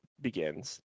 begins